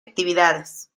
actividades